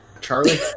Charlie